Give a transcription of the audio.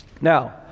Now